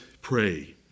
pray